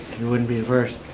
you wouldn't be the first.